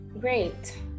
Great